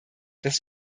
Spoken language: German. dass